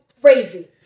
crazy